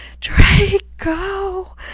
Draco